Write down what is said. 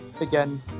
Again